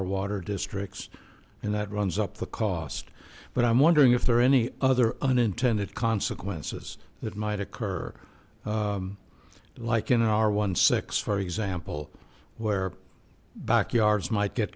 our water districts and that runs up the cost but i'm wondering if there are any other unintended consequences that might occur like in an r for example where backyards might get